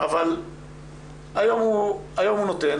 אבל היום הוא נותן,